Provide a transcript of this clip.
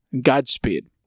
Godspeed